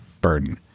burden